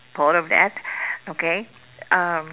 thought of that okay um